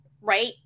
right